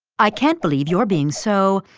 i can't believe your being so.